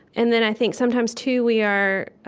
and then i think sometimes too, we are